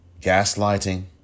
gaslighting